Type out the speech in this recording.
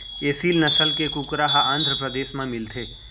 एसील नसल के कुकरा ह आंध्रपरदेस म मिलथे